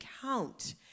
count